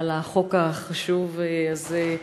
על החוק החשוב הזה,